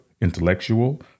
intellectual